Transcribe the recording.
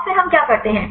और फिर हम क्या करते हैं